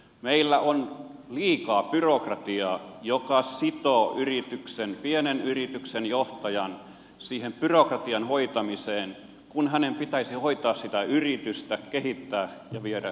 meillä on liikaa byrokratiaa joka sitoo pienen yrityksen johtajan siihen byrokratian hoitamiseen kun hänen pitäisi hoitaa sitä yritystä kehittää ja viedä eteenpäin